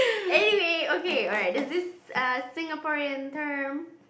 anyway okay alright there's this err Singaporean term